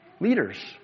leaders